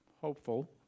hopeful